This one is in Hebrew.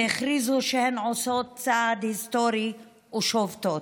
והכריזו שהן עושות צעד היסטורי ושובתות: